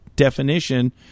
definition